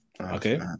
Okay